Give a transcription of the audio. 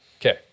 Okay